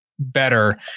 better